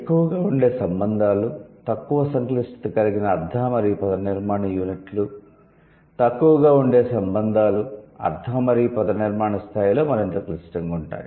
ఎక్కువగా ఉండే సంబంధాలు తక్కువ సంక్లిష్టత కలిగిన అర్థ మరియు పదనిర్మాణ యూనిట్లు తక్కువగా ఉండే సంబంధాలు అర్థ మరియు పదనిర్మాణ స్థాయిలో మరింత క్లిష్టంగా ఉంటాయి